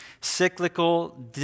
cyclical